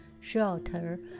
shelter